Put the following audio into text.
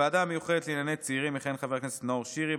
בוועדה המיוחדת לענייני צעירים יכהן חבר הכנסת נאור שירי,